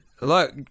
Look